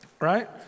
right